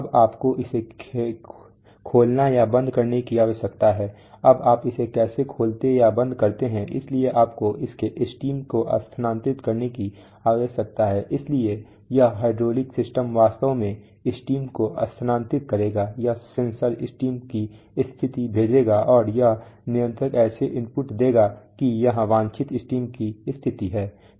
अब आपको इसे खोलने या बंद करने की आवश्यकता है अब आप इसे कैसे खोलते या बंद करते हैं इसलिए आपको इसके स्टीम को स्थानांतरित करने की आवश्यकता है इसलिए यह हाइड्रोलिक सिस्टम वास्तव में स्टीम को स्थानांतरित करेगा यह सेंसर स्टीम की स्थिति भेजेगा और यह नियंत्रक ऐसे इनपुट देगा कि यहाँ वांछित स्टीम की स्थिति है